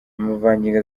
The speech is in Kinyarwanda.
amavangingo